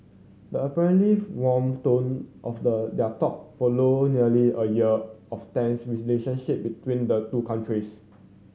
the apparently warm tone of the their talk followed nearly a year of tense between the two countries